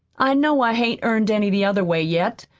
i know i hain't earned any the other way, yet,